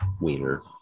wiener